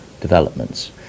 developments